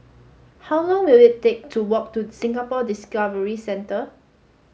how long will it take to walk to Singapore Discovery Centre